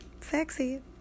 sexy